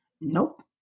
Nope